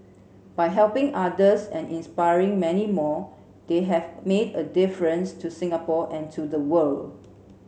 by helping others and inspiring many more they have made a difference to Singapore and to the world